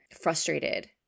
frustrated